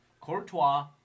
Courtois